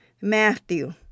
Matthew